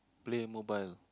play mobile